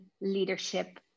leadership